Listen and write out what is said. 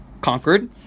conquered